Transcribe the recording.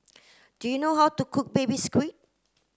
do you know how to cook baby squid